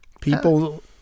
People